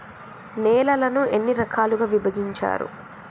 నేలలను ఎన్ని రకాలుగా విభజించారు?